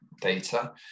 data